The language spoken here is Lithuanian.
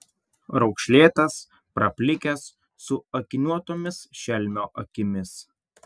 raukšlėtas praplikęs su akiniuotomis šelmio akimis